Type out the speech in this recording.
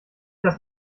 das